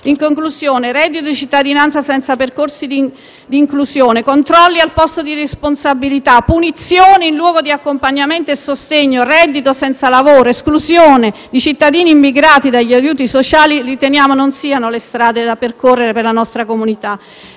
che un reddito di cittadinanza senza percorsi di inclusione, i controlli al posto della responsabilità, le punizioni in luogo dell'accompagnamento e del sostegno, il reddito senza il lavoro e l'esclusione dei cittadini immigrati dagli aiuti sociali non siano le strade da percorrere per la nostra comunità